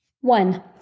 One